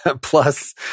plus